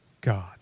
God